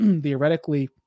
theoretically